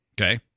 Okay